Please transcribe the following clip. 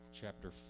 chapter